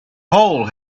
hole